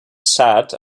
sad